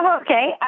Okay